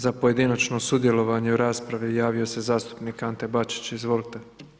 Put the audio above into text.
Za pojedinačno sudjelovanje u raspravi javio se zastupnik Ante Bačić, izvolite.